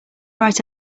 right